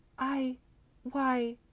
i why,